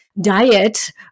diet